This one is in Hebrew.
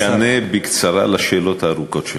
אני אענה בקצרה על השאלות הארוכות שלכם.